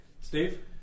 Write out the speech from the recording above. Steve